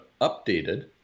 updated